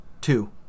Two